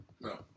No